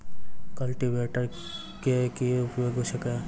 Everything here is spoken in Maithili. कल्टीवेटर केँ की उपयोग छैक?